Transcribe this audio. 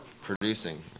producing